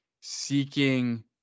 seeking